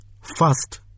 first